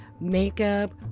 Makeup